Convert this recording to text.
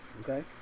Okay